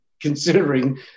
considering